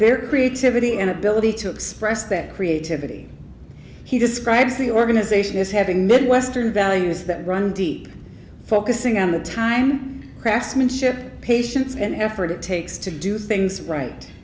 their creativity and ability to express their creativity he describes the organization is having midwestern values that run deep focusing on the time craftsmanship patience and effort it takes to do things right